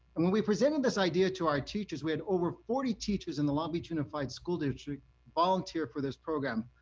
and when we presented this idea to our teachers, we had over forty teachers in the long beach unified school district volunteer for this program,